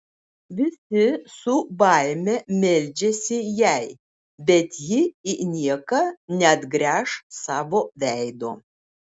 visi su baime meldžiasi jai bet ji į nieką neatgręš savo veido